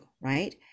right